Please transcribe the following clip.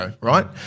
Right